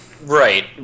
Right